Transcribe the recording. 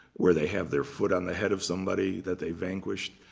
where they have their foot on the head of somebody that they vanquished.